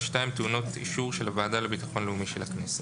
(2) טעונות אישור של הוועדה לביטחון לאומי של הכנסת".